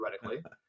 theoretically